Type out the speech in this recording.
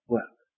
Work